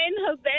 Jose